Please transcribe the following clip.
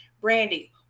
brandy